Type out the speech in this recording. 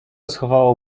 schowało